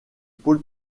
pole